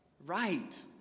Right